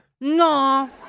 no